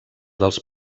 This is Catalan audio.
dels